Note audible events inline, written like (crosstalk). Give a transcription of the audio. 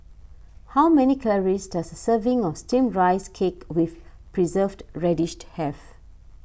how many calories does a serving of Steamed Rice Cake with Preserved Radish (noise) have